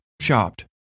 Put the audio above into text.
shopped